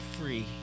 free